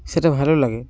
সেটা ভালো লাগে